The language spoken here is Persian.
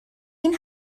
این